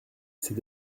c’est